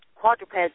quadrupeds